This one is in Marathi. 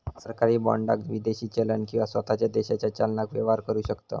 सरकारी बाँडाक विदेशी चलन किंवा स्वताच्या देशाच्या चलनान व्यवहार करु शकतव